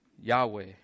Yahweh